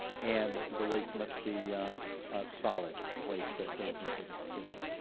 and the waste must be a solid waste that goes into the facility.